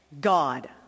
God